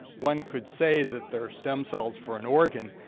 one could say that they're stem cells for an organ.